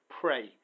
Pray